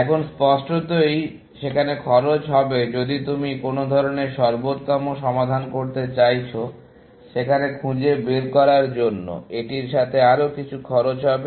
এখন স্পষ্টতই সেখানে খরচ হবে যদি তুমি কোন ধরনের সর্বোত্তম সমাধান করতে চাইছো সেখানে খুঁজে বের করার জন্য এটির সাথে আরো কিছু খরচ হবে